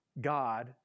God